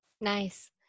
Nice